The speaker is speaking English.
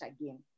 again